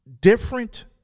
different